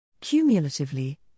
Cumulatively